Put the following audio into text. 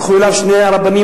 הלכו אליו שני הרבנים,